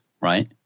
right